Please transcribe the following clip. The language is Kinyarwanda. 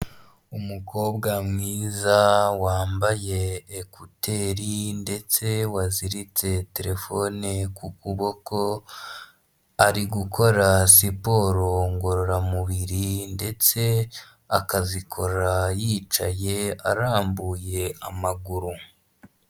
Umukobwa mwiza wambaye ekuteri ndetse waziritse telefone ku kuboko ari gukora siporo ngororamubiri ndetse akazikora yicaye arambuye amaguru.